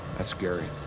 ah scary.